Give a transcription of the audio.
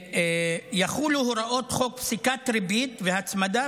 יחולו הוראות חוק פסיקת ריבית והצמדה,